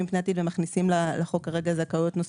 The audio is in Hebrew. פני עתיד ומכניסים לחוק כרגע זכאויות נוספות,